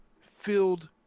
filled